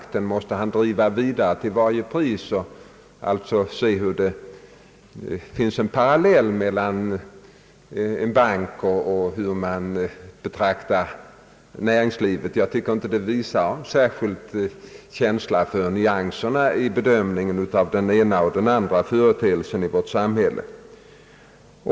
Den tanken måste han driva vidare till varje pris och försöka finna en parallell med en bank, när han talar om hur man betraktar jordbruket som näring. Jag tycker inte det visar någon särskild känsla för nyanser vid bedömningen av den ena och den andra företeelsen i vårt samhälle.